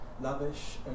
lavish